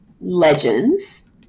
Legends